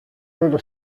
loro